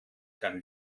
kann